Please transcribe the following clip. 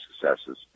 successes